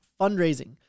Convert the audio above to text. fundraising